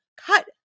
cut